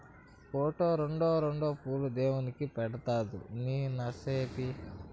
ఓటో, రోండో రెండు పూలు దేవుడిని పెట్రాదూ నీ నసాపి